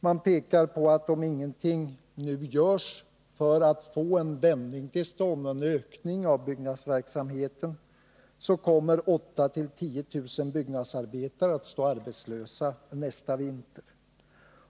Man pekar på att om ingenting nu görs för att få en vändning till stånd och en ökning av byggnadsverksamheten kommer 8 000 — 10 000 byggnadsarbetare att stå arbetslösa nästa vinter.